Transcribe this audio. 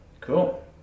Cool